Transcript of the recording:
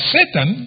Satan